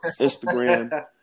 Instagram